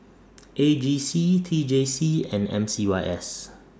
A G C T J C and M C Y S